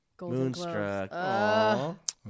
Moonstruck